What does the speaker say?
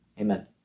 Amen